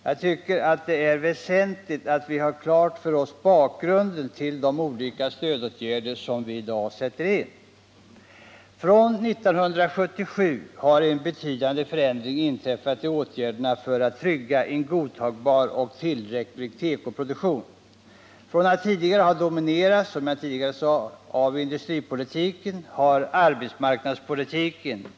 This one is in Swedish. Jag tycker att det är väsentligt att vi har klart för oss bakgrunden till de olika stödåtgärder som vi i dag sätter in. Från 1977 har en betydande förändring inträffat i åtgärderna för att trygga en godtagbar och tillräcklig tekoproduktion. Statens stödåtgärder dominerades, som jag sade, tidigare av industripolitiken.